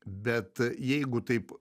bet jeigu taip